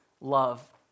love